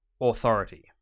authority